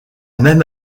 même